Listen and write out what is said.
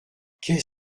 qu’est